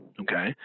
Okay